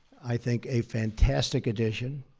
i think, a fantastic addition.